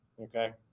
Okay